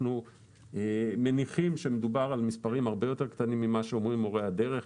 אנחנו מניחים שמדובר על מספרים הרבה יותר קטנים ממה שאומרים מורי הדרך.